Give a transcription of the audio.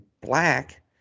black